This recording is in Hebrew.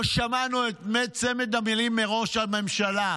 לא שמענו את צמד המילים או את שלוש המילים מראש הממשלה: